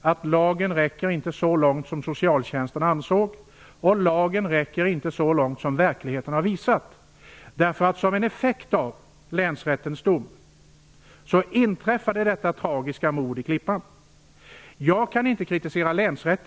att lagen inte räcker så långt som socialtjänsten ansåg. Verkligheten har visat att lagen inte räcker så långt. Som en effekt av länsrättens dom inträffade detta tragiska mord i Klippan. Jag kan inte kritisera länsrätten.